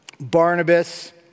Barnabas